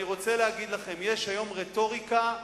אני רוצה להגיד לכם, יש היום רטוריקה חדשה,